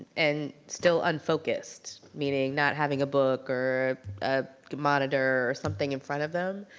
and still unfocused, meaning not having a book or a monitor or something in front of them.